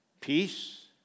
Peace